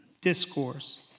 discourse